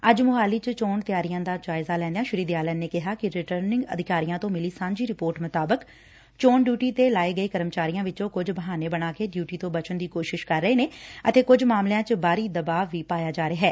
ਅੱਜ ਮੁਹਾਲੀ ਚ ਚੋਣ ਤਿਆਰੀਆਂ ਦਾ ਜਾਇਜ਼ਾ ਲੈਂਦਿਆਂ ਸ੍ਰੀ ਦਿਆਲਨ ਨੇ ਕਿਹਾ ਕਿ ਰਿਟਰਨਿੰਗ ਆਧਿਕਾਰੀਆਂ ਤੋਂ ਮਿਲੀ ਸਾਝੀ ਰਿਪੋਰਟ ਮੁਤਾਬਕ ਚੋਣ ਡਿਊਟੀ ਤੇ ਲਾਏ ਗਏ ਕਰਮਚਾਰੀਆਂ ਵਿਚੋਂ ਕੁਝ ਬਹਾਨੇ ਬਣਾ ਕੇ ਡਿਉਟੀ ਤੋਂ ਬਚਣ ਦੀ ਕੋਸ਼ਿਸ਼ ਕਰ ਰਹੇ ਨੇ ਅਤੇ ਕੁਝ ਮਾਮਲਿਆਂ ਚ ਬਾਹਰੀ ਦਬਾਅ ਵੀ ਪਵਾਇਆ ਜਾ ਰਿਹੈ